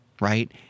right